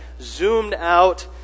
zoomed-out